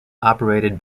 operated